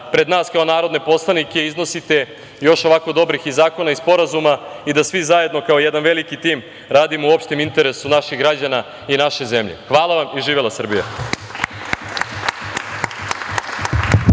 pred nas kao narodne poslanike iznosite još ovako dobrih i zakona i sporazuma i da svi zajedno kao jedan veliki tim radimo u opštem interesu naših građana i naše zemlje. Hvala vam i živela Srbija.